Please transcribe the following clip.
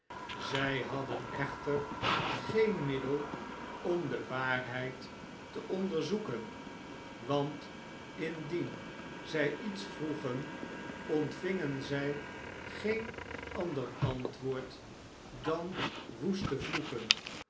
zij hadden echter geen middel om de waarheid te onderzoeken want indien zij iets vroegen ontvingen zij geen ander antwoord dan woeste vloeken